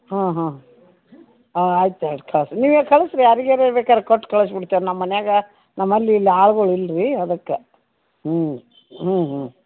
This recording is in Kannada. ಹಾಂ ಹಾಂ ಆಯ್ತು ಆಯ್ತು ಕಳ್ಸಿ ನೀವು ಕಳಿಸ್ರಿ ಯಾರಿಗಾರು ಬೇಕಾರೆ ಕೊಟ್ಟು ಕಳ್ಸ್ಬಿಡ್ತೇವೆ ನಮ್ಮ ಮನೆಯಾಗ ನಮ್ಮಲ್ಲಿ ಇಲ್ಲಿ ಆಳ್ಗಳು ಇಲ್ಲ ರಿ ಅದಕ್ಕೆ ಹ್ಞೂ ಹ್ಞೂ ಹ್ಞೂ